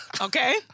Okay